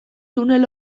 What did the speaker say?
tunel